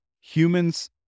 humans